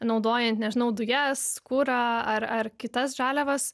naudojant nežinau dujas kurą ar ar kitas žaliavas